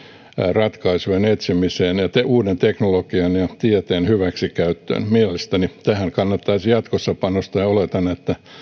ratkaisujen etsimiseen ja uuden teknologian ja tieteen hyväksikäyttöön mielestäni tähän kannattaisi jatkossa panostaa ja oletan että